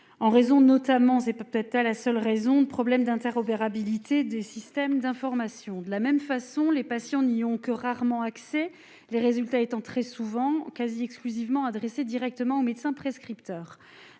en raison, notamment, c'est peut-être pas la seule raison de problèmes d'interopérabilité des systèmes d'information, de la même façon, les patients n'y ont que rarement accès, les résultats étant très souvent quasi exclusivement adressé directement au médecin prescripteur